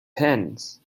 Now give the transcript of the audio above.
pens